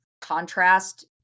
contrast